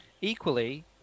Equally